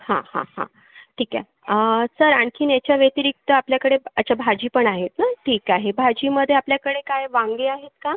हा हा हा ठीक आहे सर आणखीन याच्या व्यतिरिक्त आपल्याकडे अच्छा भाजी पण आहे ना ठीक आहे भाजीमध्ये आपल्याकडे काय वांगी आहेत का